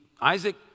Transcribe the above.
Isaac